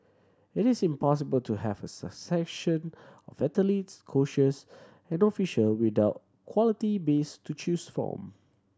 it is impossible to have a succession athletes coaches and official without quality base to choose from